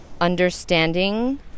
understanding